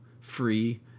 Free